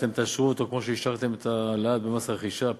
ואתם תאשרו אותו כמו שאישרתם את ההעלאה במס רכישה,